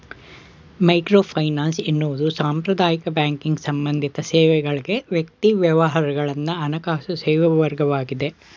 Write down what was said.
microfinance ಎನ್ನುವುದು ಸಾಂಪ್ರದಾಯಿಕ banking ಸಂಬಂಧಿತ ಸೇವೆಗಳ್ಗೆ ವ್ಯಕ್ತಿ ವ್ಯವಹಾರಗಳನ್ನ ಹಣಕಾಸು ಸೇವೆವರ್ಗವಾಗಿದೆ